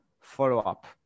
follow-up